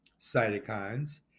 cytokines